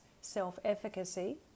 self-efficacy